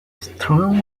strong